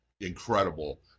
incredible